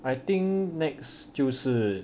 I think NEX 就是